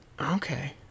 Okay